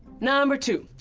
number two,